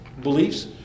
beliefs